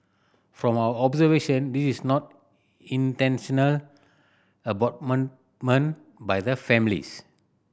from our observation this is not intentional abandonment by the families